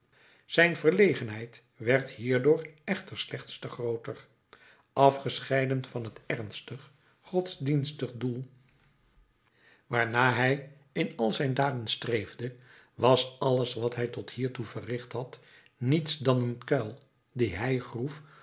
zijn verlegenheid werd hierdoor echter slechts te grooter afgescheiden van het ernstig godsdienstig doel waarnaar hij in al zijn daden streefde was alles wat hij tot hiertoe verricht had niets dan een kuil dien hij groef